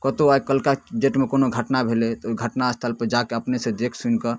कतहु आइ कल्हुका डेटमे कोनो घटना भेलै तऽ ओहि घटनास्थलपर जाकऽ अपनहिसँ देखिसुनिकऽ